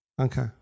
Okay